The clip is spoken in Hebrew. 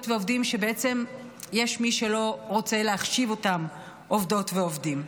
ועובדים שיש מי שרוצה לא להחשיב אותם עובדות ועובדים.